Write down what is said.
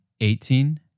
eighteen